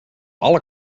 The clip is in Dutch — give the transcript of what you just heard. alle